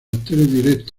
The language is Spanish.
considerados